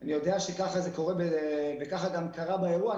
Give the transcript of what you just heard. אני יודע שכך זה קורה וכך גם קרה באירוע.